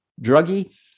druggie